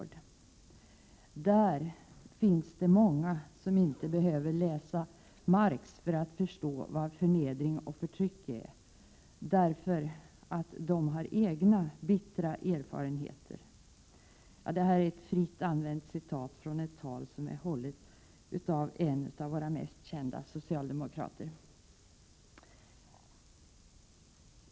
Bland dessa människor finns det många som inte behöver läsa Marx för att förstå vad förnedring och förtryck är — de har egna bittra erfarenheter. Så lyder, fritt återgivet, ett citat ur ett tal som hållits av en av våra mest kända socialdemokrater.